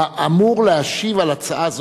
האמור להשיב על הצעה זו,